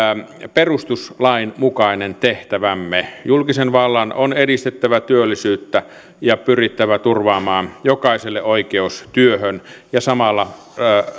perustuslain mukainen tehtävämme julkisen vallan on edistettävä työllisyyttä ja pyrittävä turvaamaan jokaiselle oikeus työhön ja samalla